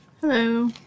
Hello